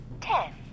ten